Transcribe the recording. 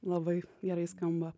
labai gerai skamba